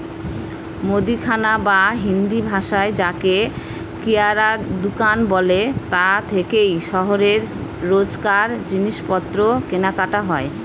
মুদিখানা বা হিন্দিভাষায় যাকে কিরায়া দুকান বলে তা থেকেই শহরে রোজকার জিনিসপত্র কেনাকাটা হয়